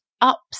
ups